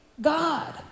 God